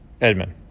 Edmund